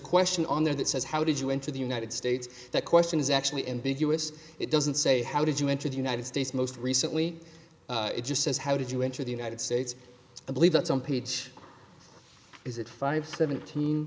question on there that says how did you enter the united states that question is actually ambiguous it doesn't say how did you enter the united states most recently it just says how did you enter the united states i believe that some page is it five seventeen